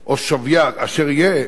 נושאה או שוויה אשר יהא,